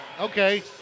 okay